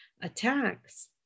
attacks